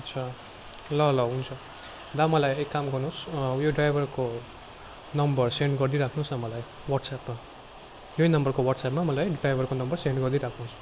अच्छा ल ल हुन्छ दा मलाई एक काम गर्नुहोस् यो ड्राइभरको नम्बर सेन्ड गरिदिइ राख्नुहोस् न मलाई ह्वाट्सएपमा यही नम्बरको ह्वाट्सएपमा मलाई ड्राईभरको नम्बर सेन्ड गरिदिइ राख्नुहोस्